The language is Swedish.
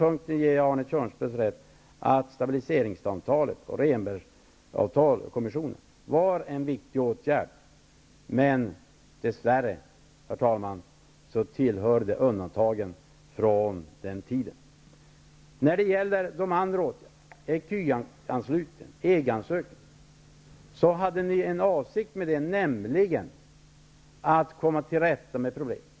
Jag ger Arne Kjörnsberg rätt i att stabliseringsavtalet och Rehnbergkommissionen var viktiga åtgärder, men dess värre, herr talman, tillhör de undantagen från den tiden. När det gäller de andra åtgärderna, som ecuanslutningen och EG-ansökan, hade ni en avsikt, nämligen att komma till rätta med problemen.